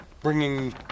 bringing